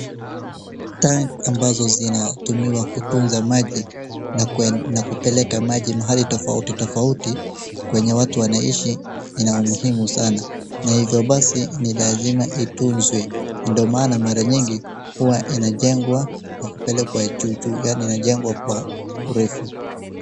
[cs[Tank ambazo zinatumiwa kutuza maji na kupeleka maji mahali tofauti tofauti kwenye watu wanaishi ina umuhimu sana, na hivyo basi ni lazima ituzwe. Ndio maana mara nyingi huwa inajengwa na kupelekwa juu juu, yaani inajengwa kwa urefu.